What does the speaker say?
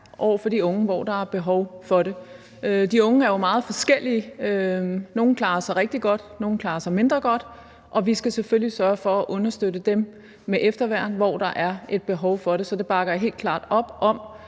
over for de unge, hvor der er behov for det. De unge er jo meget forskellige – nogle klarer sig rigtig godt, nogle klarer sig mindre godt – og vi skal selvfølgelig sørge for at understøtte dem, som har behov for det, med efterværn. Så det bakker jeg helt klart op om.